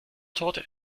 torte